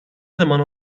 zaman